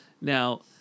Now